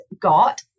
got